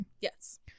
Yes